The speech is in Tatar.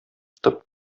тып